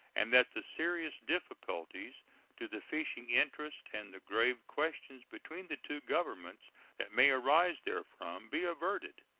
and that the serious difficulties to the fishing interests and the grave questions between the two governments that may arise therefrom be averted.